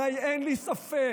הרי אין לי ספק